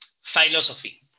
philosophy